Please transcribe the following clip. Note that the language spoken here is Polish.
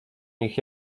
nich